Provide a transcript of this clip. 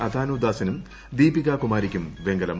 അതാനു ദാസിനും ദീപിക കുമാരിക്കും വെങ്കലം